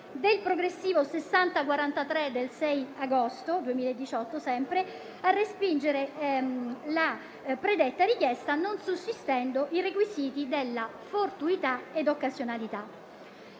e progressivo n. 6090 del 6 agosto 2018, di respingere la predetta richiesta non sussistendo il requisito della fortuità e occasionalità.